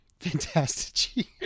Fantastici